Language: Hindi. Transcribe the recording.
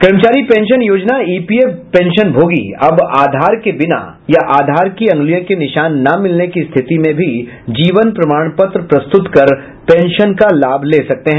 कर्मचारी पेंशन योजना ईपीएफ पेंशनभोगी अब आधार के बिना या आधार के अंगूलियों के निशान न मिलने की स्थिति में भी जीवन प्रमाण पत्र प्रस्तुत कर पेंशन का लाभ ले सकते हैं